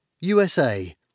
USA